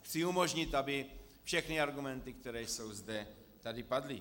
Chci umožnit, aby všechny argumenty, které jsou zde, tady padly.